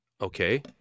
Okay